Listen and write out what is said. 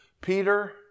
Peter